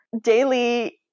daily